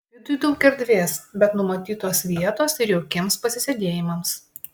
viduj daug erdvės bet numatytos vietos ir jaukiems pasisėdėjimams